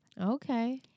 Okay